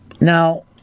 Now